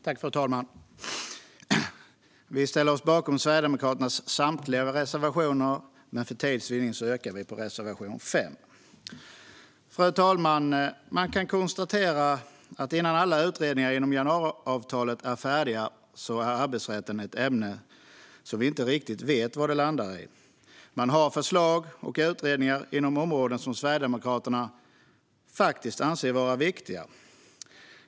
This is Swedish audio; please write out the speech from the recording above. Fru talman! Vi ställer oss bakom Sverigedemokraternas samtliga reservationer, men för tids vinnande yrkar vi bifall endast till reservation 5. Fru talman! Man kan konstatera att innan alla utredningar inom januariavtalet är färdiga är arbetsrätten ett ämne som vi inte riktigt vet var det landar. Man har förslag och utredningar inom områden som Sverigedemokraterna faktiskt anser vara viktiga.